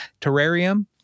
terrarium